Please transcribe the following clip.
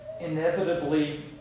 inevitably